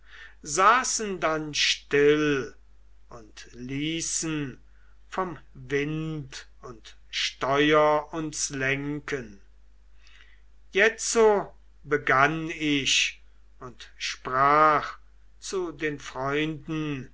saßen dann still und ließen vom wind und steuer uns lenken jetzo begann ich und sprach zu den freunden